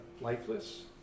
lifeless